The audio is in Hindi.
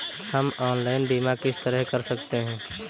हम ऑनलाइन बीमा किस तरह कर सकते हैं?